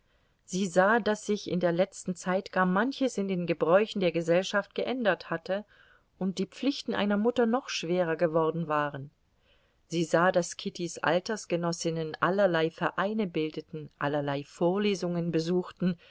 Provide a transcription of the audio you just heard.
sie sah daß sich in der letzten zeit gar manches in den gebräuchen der gesellschaft geändert hatte und die pflichten einer mutter noch schwerer geworden waren sie sah daß kittys altersgenossinnen allerlei vereine bildeten allerlei vorlesungen besuchten